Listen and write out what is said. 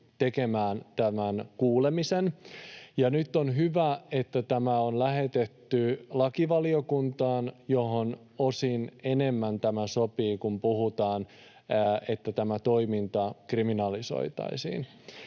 tekemään tämän kuulemisen. Nyt on hyvä, että tämä on lähetetty lakivaliokuntaan, johon osin enemmän tämä sopii, kun puhutaan, että tämä toiminta kriminalisoitaisiin.